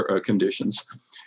conditions